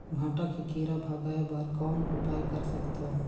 भांटा के कीरा भगाय बर कौन उपाय कर सकथव?